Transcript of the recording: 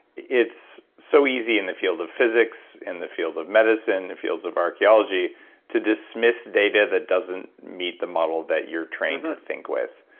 it's so easy in the field of physics, in the field of medicine, the fields of archeology to dismiss data that doesn't meet the model that you're trained to think with,